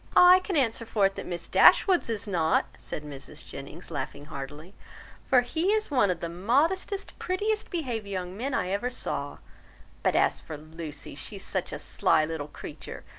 i can answer for it that miss dashwood's is not, said mrs. jennings, laughing heartily for he is one of the modestest, prettiest behaved young men i ever saw but as for lucy, she is such a sly little creature,